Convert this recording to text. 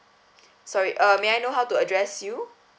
sorry uh may I know how to address you